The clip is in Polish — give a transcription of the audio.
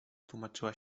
tłumaczyła